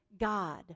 God